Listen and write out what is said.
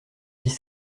dix